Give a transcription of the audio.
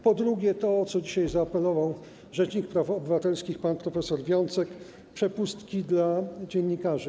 Po drugie, to, o co dzisiaj zaapelował rzecznik praw obywatelskich pan prof. Wiącek - przepustki dla dziennikarzy.